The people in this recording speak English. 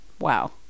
Wow